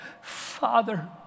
Father